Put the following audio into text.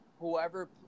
Whoever